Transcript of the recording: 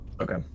Okay